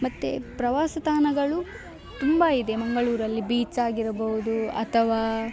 ಮತ್ತು ಪ್ರವಾಸ ತಾಣಗಳು ತುಂಬ ಇದೆ ಮಂಗಳೂರಲ್ಲಿ ಬೀಚಾಗಿರಬಹ್ದು ಅಥವಾ